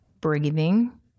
breathing